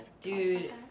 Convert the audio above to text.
dude